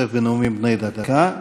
משתתף בנאומים בני דקה.